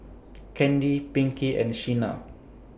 Candy Pinkie and Shena